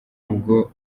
ubwo